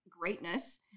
greatness